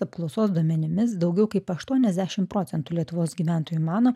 apklausos duomenimis daugiau kaip aštuoniasdešim procentų lietuvos gyventojų mano